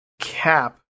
cap